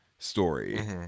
story